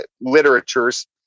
literatures